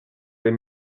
des